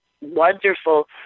wonderful